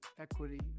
equity